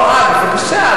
בבקשה,